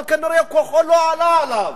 אבל כנראה לא עלה בידו,